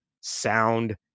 sound